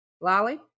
Lolly